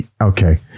okay